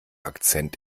akzent